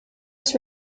was